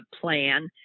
plan